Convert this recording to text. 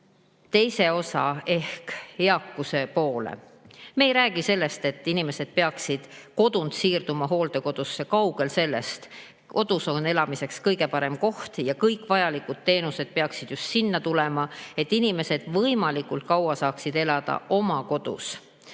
teisele osale ehk eakusele. Me ei räägi sellest, et inimesed peaksid kodunt siirduma hooldekodusse – kaugel sellest. Kodu on elamiseks kõige parem koht ja kõik vajalikud teenused peaksid just sinna tulema, et inimesed võimalikult kaua saaksid elada oma kodus.